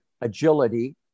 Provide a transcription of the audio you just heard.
agility